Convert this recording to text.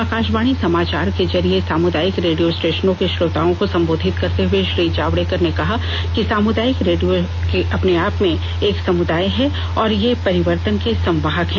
आकाशवाणी समाचार के जरिये सामुदायिक रेडियो स्टेशनों के श्रोताओं को संबोधित करते हुए श्री जावड़ेकर ने कहा कि सामुदायिक रेडियो अपने आप में एक समुदाय है और ये परिवर्तन के संवाहक हैं